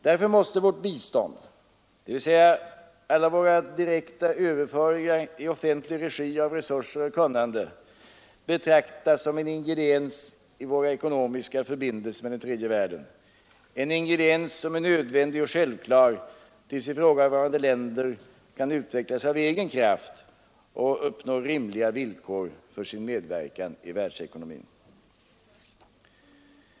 Därför måste vårt bistånd — dvs. alla våra direkta överföringar i offentlig regi av resurser och kunnande — betraktas som en ingrediens i våra ekonomiska förbindelser med den tredje världen, en ingrediens som är nödvändig och självklar tills ifrågavarande länder kan utveckla sig av egen kraft och uppnå rimliga villkor för sin medverkan i världsekonomin.